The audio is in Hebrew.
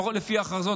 לפחות לפי ההכרזות,